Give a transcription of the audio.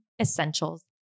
Essentials